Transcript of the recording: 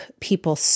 people